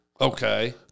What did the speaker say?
Okay